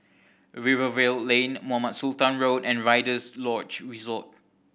Rivervale Lane Mohamed Sultan Road and Rider's Lodge Resort